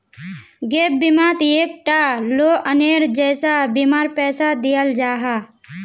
gap बिमात एक टा लोअनेर जैसा बीमार पैसा दियाल जाहा